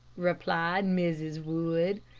replied mrs. wood.